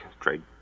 trade